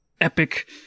epic